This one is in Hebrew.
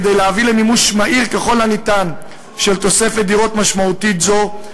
כדי להביא למימוש מהיר ככל האפשר של תוספת דירות משמעותית זאת,